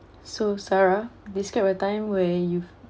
so sarah describe a time where you've